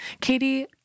Katie